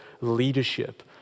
leadership